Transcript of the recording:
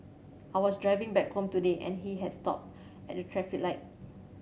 I was driving back home today and he had stopped at traffic light